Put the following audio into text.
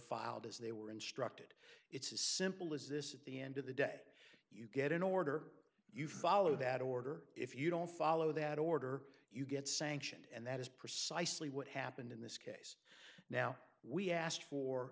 filed as they were instructed it's as simple as this at the end of the day you get an order you follow that order if you don't follow that order you get sanctioned and that is precisely what happened in this now we asked for